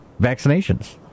vaccinations